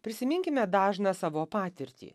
prisiminkime dažną savo patirtį